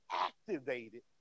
activated